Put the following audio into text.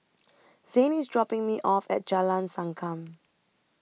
Zayne IS dropping Me off At Jalan Sankam